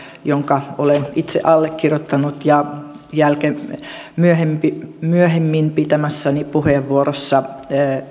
jonka olen itse allekirjoittanut ja myöhemmin myöhemmin pitämässäni puheenvuorossa